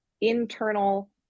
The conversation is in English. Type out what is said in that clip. internal